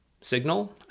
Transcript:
signal